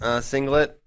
singlet